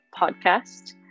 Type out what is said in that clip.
podcast